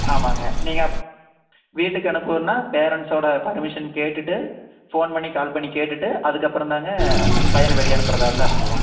ஆமாம்ங்க நீங்கள் அப் வீட்டுக்கு அனுப்புன்னா பேரன்ட்ஸோட பர்மிஷன் கேட்டுவிட்டு ஃபோன் பண்ணி கால் பண்ணி கேட்டுகிட்டு அதற்கப்பறம் தாங்க பையனை வெளியே அனுப்பறதாக இருந்தால் அனுப்புவோம்